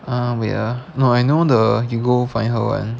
ah wait ah no I know the you go find her [one]